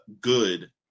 good